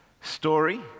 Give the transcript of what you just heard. story